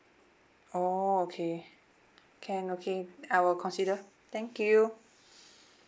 oh okay can okay I will consider thank you